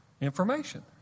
information